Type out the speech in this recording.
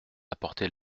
apporter